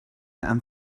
and